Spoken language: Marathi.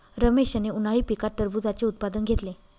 रमेशने उन्हाळी पिकात टरबूजाचे उत्पादन घेतले